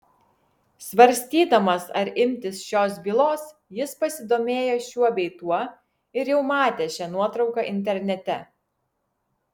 svarstydamas ar imtis šios bylos jis pasidomėjo šiuo bei tuo ir jau matė šią nuotrauką internete